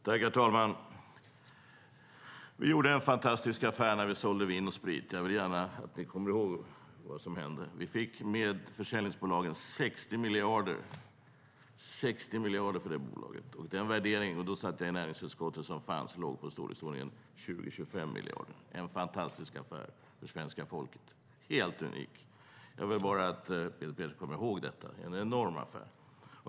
Herr talman! Vi gjorde en fantastisk affär när vi sålde Vin & Sprit. Jag vill gärna att ni kommer ihåg vad som hände. Vi fick, med försäljningsbolagen, 60 miljarder - 60 miljarder för det bolaget. Värderingen som fanns - jag satt i näringsutskottet då - låg på storleksordningen 20-25 miljarder. Det var en fantastisk affär för det svenska folket - helt unik. Jag vill bara att Peter Persson kommer ihåg att det var en enorm affär.